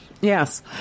yes